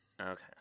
okay